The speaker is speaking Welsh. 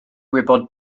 wybod